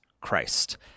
Christ